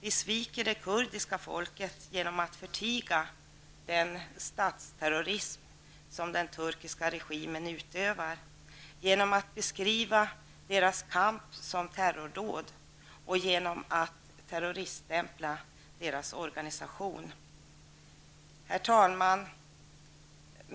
Vi sviker det kurdiska folket genom att förtiga den statsterrorism som den turkiska regimen utövar, genom att beskriva kurdernas kamp som terrordåd och genom att terroriststämpla deras organisation. Herr talman!